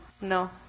No